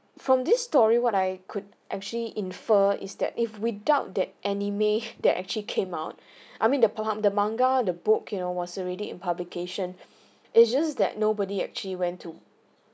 from this story what I could actually infer is that if we doubt that anime that actually came out I mean the the manga the book you know was already in publication it's just that nobody actually went to